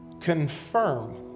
confirm